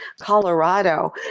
Colorado